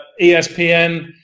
ESPN